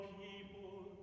people